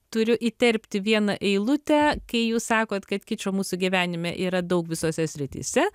turiu įterpti vieną eilutę kai jūs sakot kad kičo mūsų gyvenime yra daug visose srityse